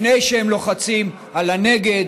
לפני שהם לוחצים על נגד,